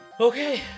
Okay